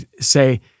say